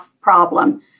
problem